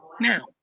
Now